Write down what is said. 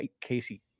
Casey